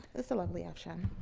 is the lovely afshan.